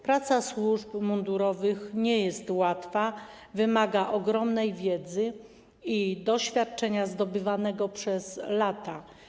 Praca służb mundurowych nie jest łatwa, wymaga ogromnej wiedzy i doświadczenia zdobywanego przez lata.